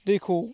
दैखौ